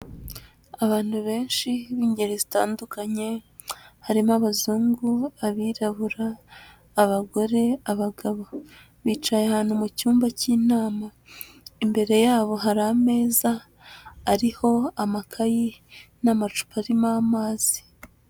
Abantu benshi b'ingeri zitandukanye, harimo abazungu, abirabura, abagore abagabo. Bicaye ahantu mu cyumba cy'inama. Imbere yabo, hari ameza ariho amakayi n'amacupa arimo amazi.